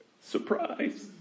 Surprise